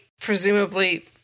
presumably